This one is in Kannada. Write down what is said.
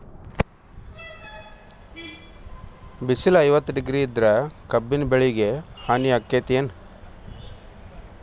ಬಿಸಿಲ ಐವತ್ತ ಡಿಗ್ರಿ ಇದ್ರ ಕಬ್ಬಿನ ಬೆಳಿಗೆ ಹಾನಿ ಆಕೆತ್ತಿ ಏನ್?